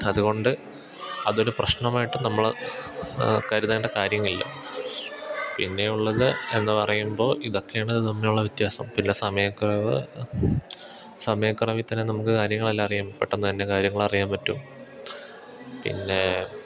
അതുകൊണ്ട് അതൊരു പ്രശ്നമായിട്ട് നമ്മള് കരുതേണ്ട കാര്യമില്ല പിന്നെയുള്ളത് എന്നു പറയുമ്പോള് ഇതൊക്കെയാണിത് തമ്മിലുള്ള വ്യത്യാസം പിന്നെ സമയക്കുറവ് സമയക്കുറവില്ത്തന്നെ നമുക്ക് കാര്യങ്ങളെല്ലാം അറിയാം പെട്ടെന്ന് തന്നെ കാര്യങ്ങളറിയാൻ പറ്റും പിന്നെ